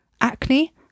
acne